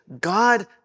God